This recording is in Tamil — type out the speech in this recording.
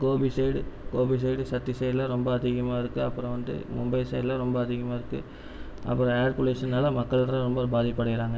Gopi side Gobi side city சைடுலாம் ரொம்ப அதிகமாக இருக்குது அப்புறம் வந்து மும்பை சைடில் ரொம்ப அதிகமாக இருக்குது அப்புறம் ஏர் பொலுயூஷனால் மக்கள் இடையில் ரொம்ப ஒரு பாதிப்பு அடைகிறாங்க